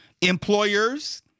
Employers